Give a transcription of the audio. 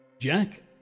Jack